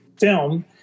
film